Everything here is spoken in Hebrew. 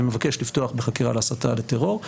ומבקש לפתוח בחקירה על הסתה לטרור,